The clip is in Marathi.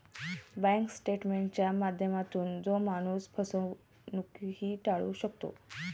बँक स्टेटमेंटच्या माध्यमातून तो माणूस फसवणूकही टाळू शकतो